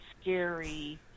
scary